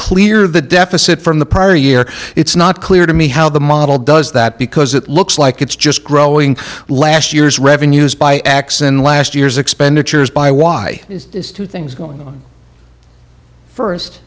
clear the deficit from the prior year it's not clear to me how the model does that because it looks like it's just growing last year's revenues by x in last year's expenditures by y is two things going on first